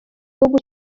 gihugu